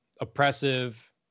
oppressive